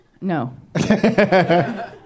No